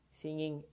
singing